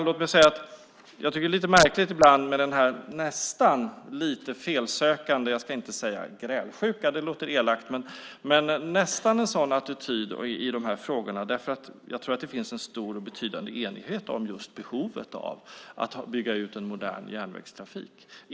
Jag tycker att det är lite märkligt ibland med den nästan lite felsökande - jag ska inte säga grälsjuka, för det låter elakt - attityden i de här frågorna. Jag tror nämligen att det finns en stor och betydande enighet om just behovet av bygga ut en modern järnvägstrafik.